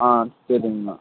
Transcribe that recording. ஆ சரிங்ண்ணா